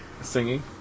singing